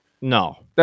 No